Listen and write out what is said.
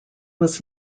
was